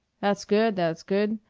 that's good, that's good.